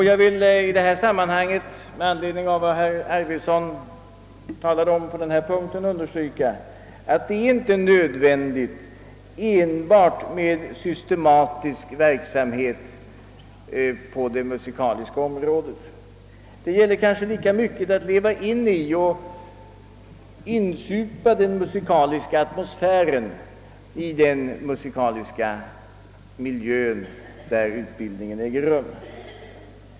Jag vill i detta sammanhang med anledning av vad herr Arvidson talade om på denna punkt erinra om att det inte är nödvändigt med enbart systematisk verksamhet på det musikaliska cmrådet. Det gäller kanske lika mycket att leva sig in i och insupa den musikaliska atmosfären och den musikalis ka miljön där utbildningen äger rum.